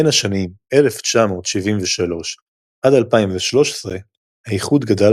בין השנים 1973 עד 2013 האיחוד גדל